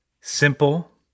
Simple